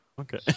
Okay